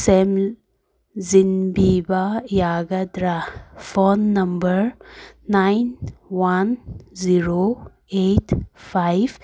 ꯁꯦꯝꯖꯤꯟꯕꯤꯕ ꯌꯥꯒꯗ꯭ꯔꯥ phone number nine one zero eight five